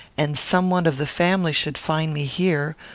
and some one of the family should find me here,